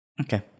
Okay